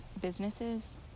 businesses